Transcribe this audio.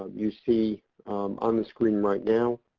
um you see on the screen right now,